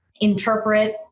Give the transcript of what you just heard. interpret